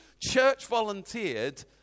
church-volunteered